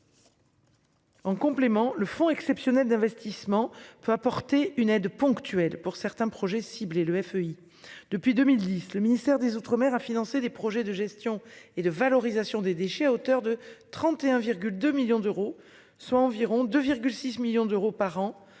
En complément, le fonds exceptionnel d'investissement peut apporter une aide ponctuelle pour certains projets ciblés le FEI depuis 2010, le ministère des Outre-mer à financer des projets de gestion et de valorisation des déchets à hauteur de 31,2 millions d'euros, soit environ 2, 6 millions d'euros par an